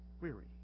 weary